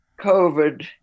COVID